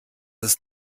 ist